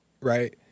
right